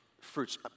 fruits